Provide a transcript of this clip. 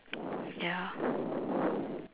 ya